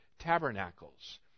tabernacles